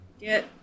get